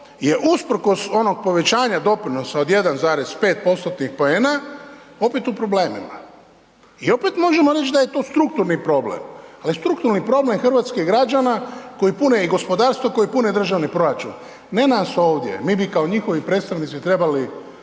je usprkos onog povećanja doprinosa od 1,5%-tnih poena, opet u problemima i opet možemo reći da je to strukturni problem ali strukturni problem hrvatskih građana koji pune i gospodarstvo, koji pune državni proračun, ne nas ovdje, mi bi kao njihovi predstavnici trebali